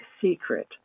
secret